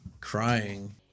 crying